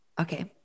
okay